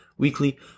weekly